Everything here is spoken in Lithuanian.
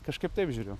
kažkaip taip žiūriu